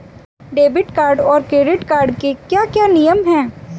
Debit card और credit card के क्या क्या नियम हैं?